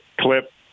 clip